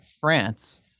France